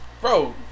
Bro